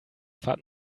fahrt